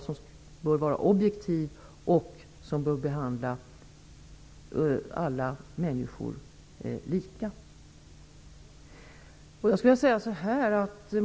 Den bör vara objektiv och behandla alla människor lika.